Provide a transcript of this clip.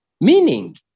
meaning